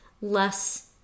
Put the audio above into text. less